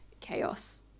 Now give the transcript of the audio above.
chaos